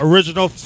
Original